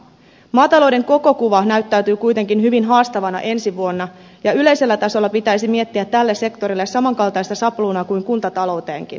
maatalouden koko kuva näyttäytyy kuitenkin hyvin haastavana ensi vuonna ja yleisellä tasolla pitäisi miettiä tälle sektorille samankaltaista sapluunaa kuin kuntatalouteenkin